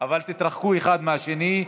אבל תתרחקו אחד מהשני,